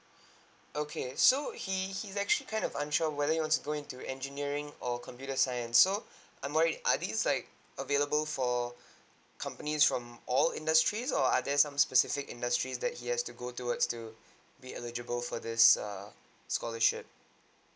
okay so he he's actually kind of unsure whether he wants go into engineering or computer science so I'm already are these like available for companies from all industries or are there some specific industries that he has to go towards to be eligible for this err scholarship